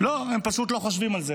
לא, הם פשוט לא חושבים על זה.